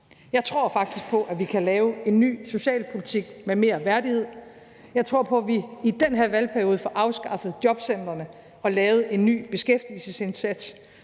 Jeg tror faktisk på, at vi kan lave en ny socialpolitik med mere værdighed. Jeg tror på, at vi i den her valgperiode får afskaffet jobcentrene og lavet en ny beskæftigelsesindsats,